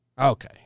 Okay